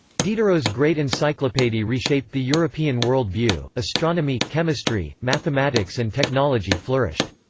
diderot's great encyclopedie reshaped the european world view astronomy, chemistry, mathematics and technology flourished.